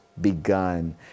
begun